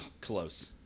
Close